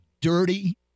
dirty